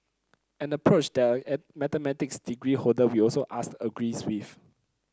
an approach that are a mathematics degree holder we also asked agrees with